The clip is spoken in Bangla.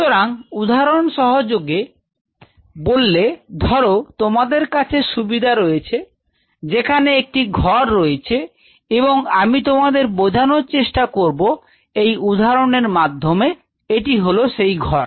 সুতরাং উদাহরণ সহযোগে বললে ধরো তোমাদের কাছে সুবিধা রয়েছে যেখানে একটি ঘর রয়েছে এবং আমি তোমাদের বোঝানোর চেষ্টা করব এই উদাহরণের মাধ্যমে এটি হলো সেই ঘর